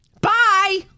Bye